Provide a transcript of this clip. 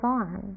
on